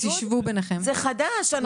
זה חדש.